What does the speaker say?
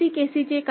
JC KCचे काय